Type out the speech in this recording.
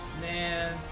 Man